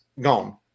gone